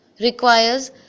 requires